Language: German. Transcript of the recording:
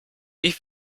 wie